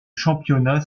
championnat